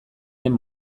den